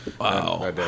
Wow